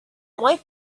white